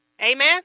Amen